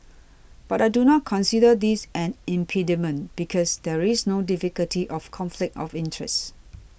but I do not consider this an impediment because there is no difficulty of conflict of interest